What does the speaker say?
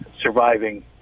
surviving